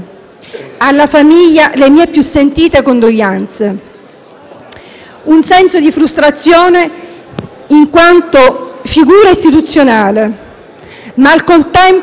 Un senso di frustrazione in quanto figura istituzionale, ma al contempo un senso di frustrazione in quanto siciliana.